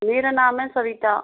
मेरा नाम है सविता